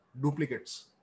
duplicates